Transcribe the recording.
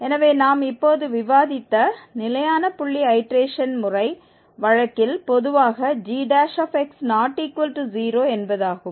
எனவே நாம் இப்போது விவாதித்த நிலையான புள்ளி ஐடேரேஷன் முறை வழக்கில் பொதுவாக gx≠0 என்பதாகும்